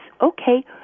okay